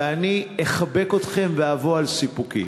ואני אחבק אתכם ואבוא על סיפוקי.